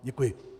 Děkuji.